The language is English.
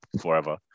forever